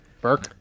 Burke